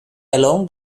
along